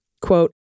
Quote